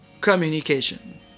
communication